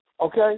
Okay